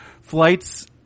flights –